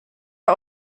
are